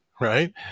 right